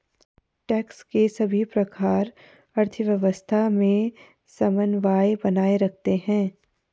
tax के सभी प्रकार अर्थव्यवस्था में समन्वय बनाए रखते हैं